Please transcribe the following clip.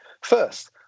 First